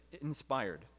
inspired